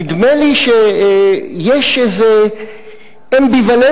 נדמה לי שיש איזה אמביוולנטיות,